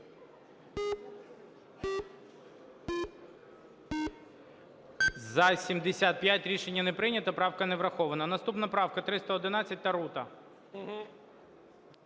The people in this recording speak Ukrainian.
За-75 Рішення не прийнято. Правка не врахована. Наступна правка 311, Тарута.